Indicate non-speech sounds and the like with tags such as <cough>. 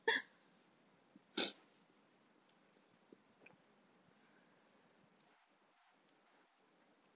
<laughs> <noise>